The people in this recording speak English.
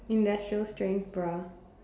industrial strength bra